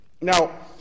Now